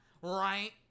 right